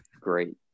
Great